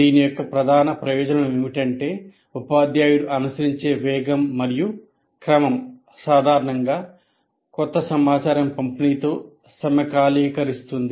దీని యొక్క ప్రధాన ప్రయోజనం ఏమిటంటే ఉపాధ్యాయుడు అనుసరించే వేగం మరియు క్రమం సాధారణంగా క్రొత్త సమాచారం పంపిణీతో సమకాలీకరిస్తుంది